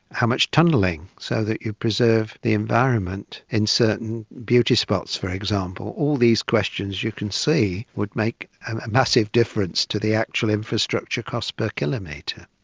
how much tunnelling so that you preserve the environment in certain beauty spots, for example? all these questions you can see would make massive difference to the actual infrastructure cost per kilometre.